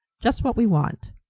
just what we want.